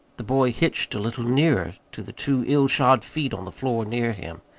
the boy hitched a little nearer to the two ill-shod feet on the floor near him.